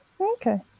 okay